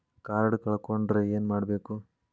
Card ಕಳ್ಕೊಂಡ್ರ ಏನ್ ಮಾಡಬೇಕು?